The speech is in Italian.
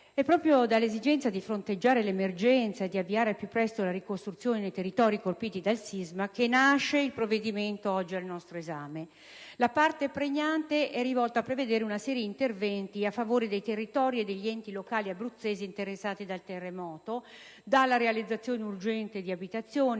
è proprio dall'esigenza di fronteggiare l'emergenza e di avviare al più presto la ricostruzione nei territori colpiti dal sisma, che nasce il provvedimento oggi al nostro esame. La parte pregnante è rivolta a prevedere una serie di interventi a favore dei territori e degli enti locali abruzzesi interessati dal terremoto: dalla realizzazione urgente di abitazioni,